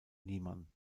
niemann